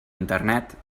internet